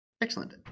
Excellent